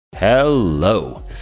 Hello